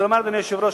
אדוני היושב-ראש,